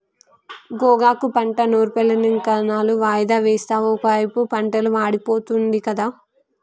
గోగాకు పంట నూర్పులింకెన్నాళ్ళు వాయిదా వేస్తావు ఒకైపు పంటలు వాడిపోతుంది గదా